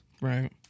Right